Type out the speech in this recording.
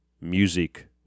Music